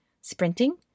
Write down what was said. sprinting